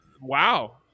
wow